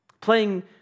Playing